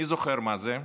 מי זוכר מה זה?